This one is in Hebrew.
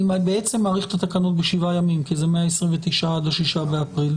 אני בעצם מאריך את התקנות בשבעה ימים כי זה מה-29 עד ה-6 באפריל.